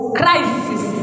crisis